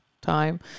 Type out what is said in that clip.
time